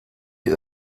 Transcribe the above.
die